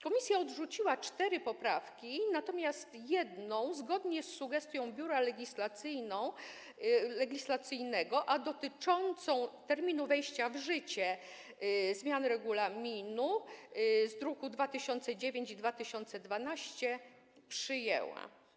Komisja odrzuciła cztery poprawki, natomiast zgodnie z sugestią Biura Legislacyjnego jedną, dotyczącą terminów wejścia w życie zmian regulaminu z druków nr 2009 i 2012, przyjęła.